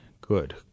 Good